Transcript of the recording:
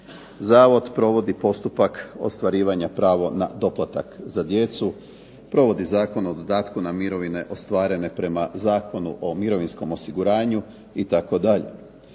zavod provodi postupak ostvarivanja prava na doplatak za djecu, provodi zakon o dodatku na mirovine ostvarene prema Zakonu o mirovinskom osiguranju itd.